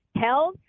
Health